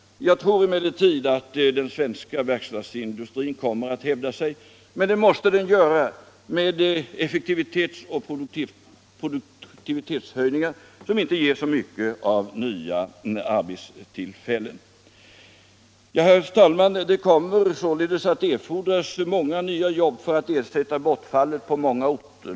Jag tror emellertid att den svenska verkstadsindustrin kommer alt hivda sig, men det måste den göra genom ceffektivitelsoch produktivitetshöjningar, som inte ger så mycket av nya arbetstillfällen. Herr talman! Det kommer således att erfordras en mängd nya jobb för att ersätta bortfallet på många orter.